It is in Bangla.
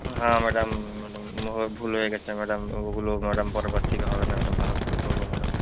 হাঁ ম্যাডাম হুম ম্যাডাম কোনোভাবে ভুল হয়ে গেছে ম্যাডাম ওগুলো ম্যাডাম পরে বার থেকে হবে না ম্যাডাম ভালো করে করব ম্যাডাম